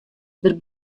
der